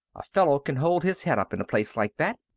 a fellow can hold his head up in a place like that.